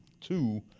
two